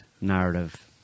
narrative